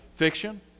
Fiction